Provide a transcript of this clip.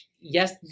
Yes